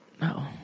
No